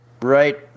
right